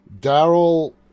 Daryl